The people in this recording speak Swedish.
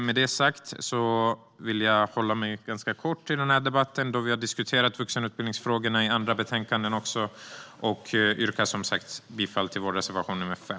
Med det sagt vill jag hålla mitt anförande ganska kort i den här debatten, då vi har diskuterat vuxenutbildningsfrågorna i andra betänkanden också. Jag yrkar som sagt bifall till vår reservation nr 5.